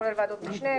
כולל ועדות משנה,